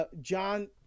John